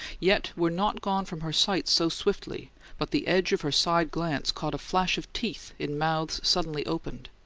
yet were not gone from her sight so swiftly but the edge of her side glance caught a flash of teeth in mouths suddenly opened,